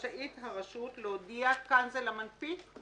רשאית הרשות להודיע" כאן זה "למנפיק"